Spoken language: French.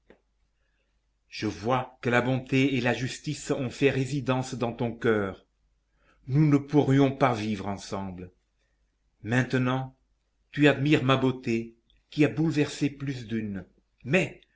je vois que la bonté et la justice ont fait résidence dans ton coeur nous ne pourrions pas vivre ensemble maintenant tu admires ma beauté qui a bouleversé plus d'une mais